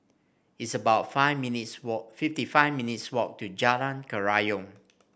it's about five minutes' walk fifty five minutes' walk to Jalan Kerayong